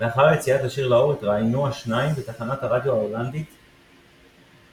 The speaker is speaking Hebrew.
לאחר יציאת השיר לאור התראיינו השניים בתחנת הרדיו ההולנדית "Qmusic",